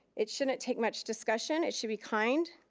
it shouldn't take much discussion. it should be kind.